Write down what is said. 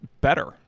better